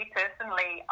personally